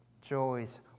Joys